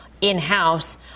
in-house